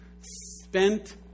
spent